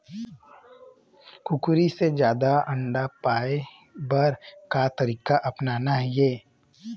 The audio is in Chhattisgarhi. कुकरी से जादा अंडा पाय बर का तरीका अपनाना ये?